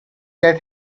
that